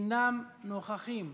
אינם נוכחים.